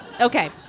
Okay